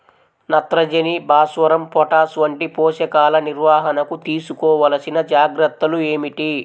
నత్రజని, భాస్వరం, పొటాష్ వంటి పోషకాల నిర్వహణకు తీసుకోవలసిన జాగ్రత్తలు ఏమిటీ?